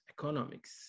economics